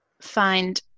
find